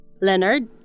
Leonard